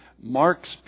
Mark's